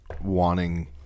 wanting